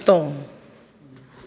कुत्तो